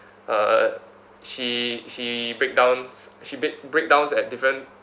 uh she she break downs she break~ break downs at different